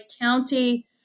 County